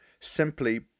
simply